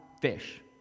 fish